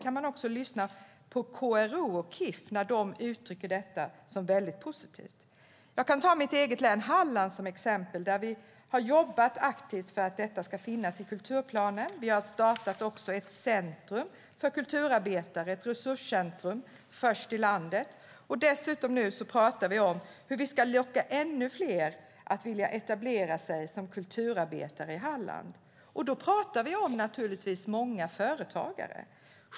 KRO och KIF har uttryckt att de ser detta som någonting väldigt positivt. Jag kan ta mitt eget län Halland som exempel. Där har vi jobbat aktivt för att detta ska finnas i kulturplanen. Vi har startat ett centrum för kulturarbetare, ett resurscentrum, först i landet. Dessutom diskuterar vi nu hur vi ska kunna locka ännu fler att vilja etablera sig som kulturarbetare i Halland. Då pratar vi naturligtvis om många företagare.